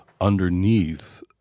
underneath